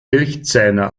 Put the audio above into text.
milchzähne